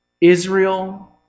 Israel